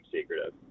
secretive